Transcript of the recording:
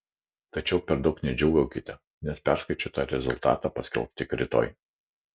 tačiau per daug nedžiūgaukite nes perskaičiuotą rezultatą paskelbs tik rytoj